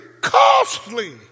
costly